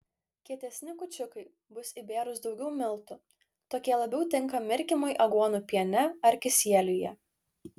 kietesni kūčiukai bus įbėrus daugiau miltų tokie labiau tinka mirkymui aguonų piene ar kisieliuje